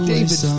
David